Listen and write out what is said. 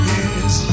Yes